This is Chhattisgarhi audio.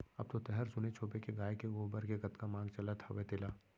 अब तो तैंहर सुनेच होबे के गाय के गोबर के कतका मांग चलत हवय तेला